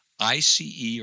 ICE